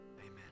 amen